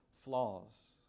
flaws